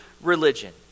religion